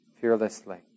fearlessly